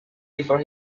before